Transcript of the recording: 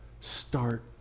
Start